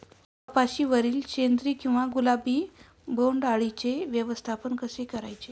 कपाशिवरील शेंदरी किंवा गुलाबी बोंडअळीचे व्यवस्थापन कसे करायचे?